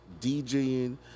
DJing